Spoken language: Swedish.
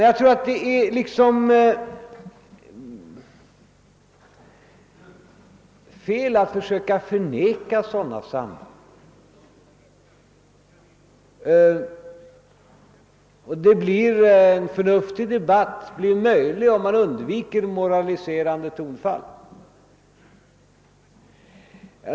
Jag tror det är fel att försöka förneka sådana sanningar, och en förnuftig debatt blir möjlig först om man undviker moraliserande tonfall.